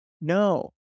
no